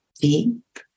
deep